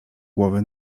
głowy